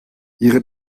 ihre